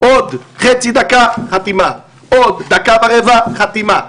עוד חצי דקה, חתימה, עוד דקה ורבע, חתימה.